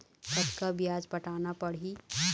कतका ब्याज पटाना पड़ही?